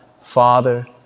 Father